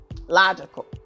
logical